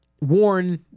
warn